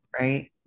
right